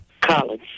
College